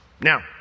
Now